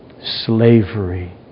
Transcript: slavery